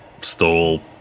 stole